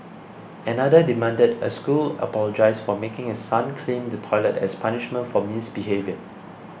another demanded a school apologise for making his son clean the toilet as punishment for misbehaviour